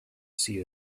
see